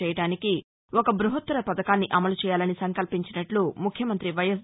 చేయడానికి ఒక ల్పవాత్తర పథకాన్ని అమలు చేయాలని సంకల్పించినట్లు ముఖ్యమంత్రి వైఎస్